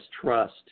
trust